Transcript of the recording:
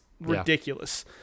ridiculous